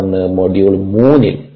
തുടർന്ന് മൊഡ്യൂൾ മൂന്നിൽ